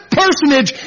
personage